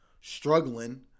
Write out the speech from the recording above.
struggling